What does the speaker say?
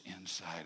inside